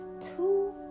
Two